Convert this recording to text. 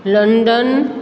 London